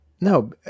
No